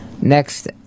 Next